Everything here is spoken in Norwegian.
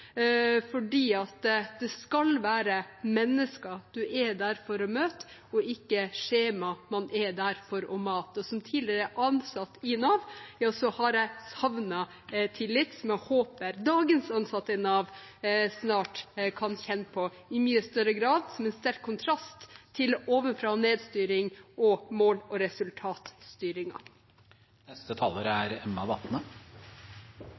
Det skal være mennesker man er der for å møte, ikke skjemaer man er der for å mate. Som tidligere ansatt i Nav har jeg savnet tillit, som jeg håper dagens ansatte i Nav snart kan kjenne på i mye større grad, som en sterk kontrast til ovenfra-og-ned-styring og mål- og